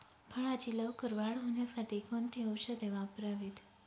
फळाची लवकर वाढ होण्यासाठी कोणती औषधे वापरावीत?